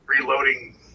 reloading